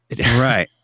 Right